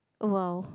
!wow!